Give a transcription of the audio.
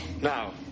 Now